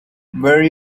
where